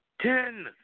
Ten